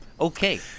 Okay